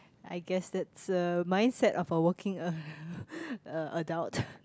I guess that's a mindset of a working uh a adult